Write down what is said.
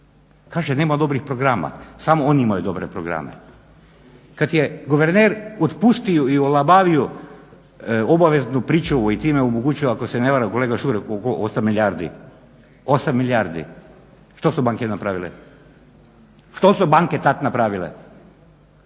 Kaže nema dobrih programa, samo oni imaju dobre programe. Kad je guverner otpustio i olabavio obaveznu pričuvu i time omogućio ako se ne varam kolega … rekao 8 milijardi. Što su banke napravile, što su banke napravile?